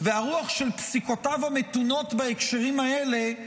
והרוח של פסיקותיו המתונות בהקשרים האלה,